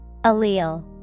Allele